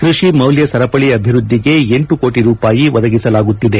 ಕೃಷಿ ಮೌಲ್ಯ ಸರಪಳಿ ಅಭಿವೃದ್ದಿಗೆ ಎಂಟು ಕೋಟಿ ರೂಪಾಯಿ ಒದಗಿಸಲಾಗುತ್ತಿದೆ